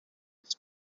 his